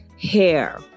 Hair